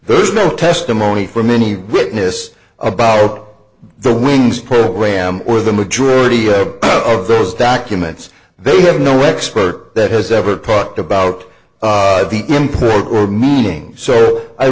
there's no testimony from any witness about the wings program or the majority of those documents they have no expert that has ever talked about the import or meaning so i